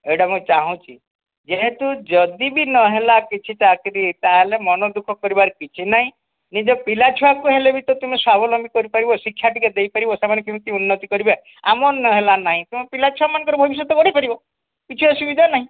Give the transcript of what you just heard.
ଏଇଟା ମୁଁ ଚାହୁଁଛି ଯେହେତୁ ଯଦି ବି ନ ହେଲା କିଛି ଚାକିରୀ ତାହେଲେ ମନ ଦୁଃଖ କରିବାର କିଛି ନାହିଁ ନିଜ ପିଲା ଛୁଆକୁ ହେଲେ ବି ତ ତୁମେ ସ୍ୱାବଲମ୍ବୀ କରିପାରିବ ଶିକ୍ଷା ଟିକିଏ ଦେଇପାରିବ ସେମାନେ କେମିତି ଉନ୍ନତି କରିବେ ଆମର ନ ହେଲା ନାହିଁ ତୁମ ପିଲା ଛୁଆଙ୍କର ଭବିଷ୍ୟତ ଗଢ଼ିପାରିବ କିଛି ଅସୁବିଧା ନାହିଁ